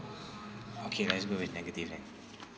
okay let's go with negative then